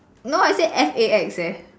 no I said S a X eh